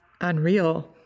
unreal